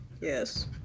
Yes